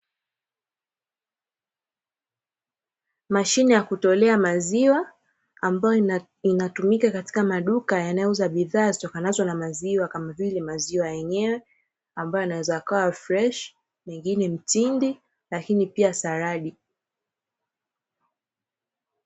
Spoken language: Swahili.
Mashine ya kutolea maziwa, ambayo inatumika katika maduka yanayouza bidhaa zitokanazo na maziwa, kama vile maziwa yenyewe, ambayo yanaweza yakawa freshi, mengine mtindi lakini pia saladi.